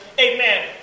Amen